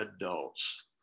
adults